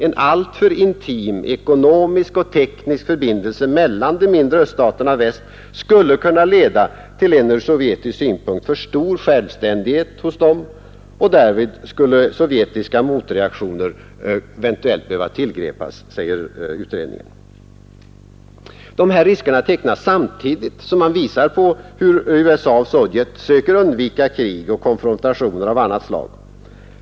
En alltför intim ekonomisk och teknisk förbindelse mellan de mindre öststaterna och väst skulle kunna leda till en ur sovjetisk synpunkt för stor självständighet hos dessa, och därvid skulle sovjetiska motaktioner eventuellt behöva tillgripas, säger utredningen. Dessa risker tecknas samtidigt som man visar på hur USA och Sovjet söker undvika krig och konfrontationer av annat slag.